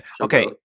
okay